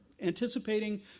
anticipating